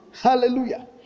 Hallelujah